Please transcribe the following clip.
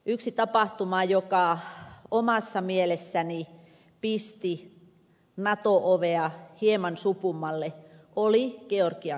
yksi tapahtuma joka omassa mielessäni pisti nato ovea hieman supummalle oli georgian sota